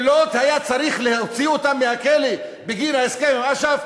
אם לא היה צריך להוציא אותם מהכלא בגין ההסכם עם אש"ף,